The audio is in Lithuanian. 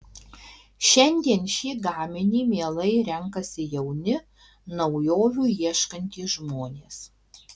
šiandien šį gaminį mielai renkasi jauni naujovių ieškantys žmonės